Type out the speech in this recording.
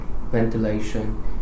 ventilation